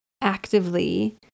actively